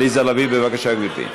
עליזה לביא, בבקשה, גברתי.